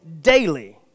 daily